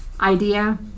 idea